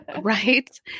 Right